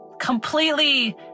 Completely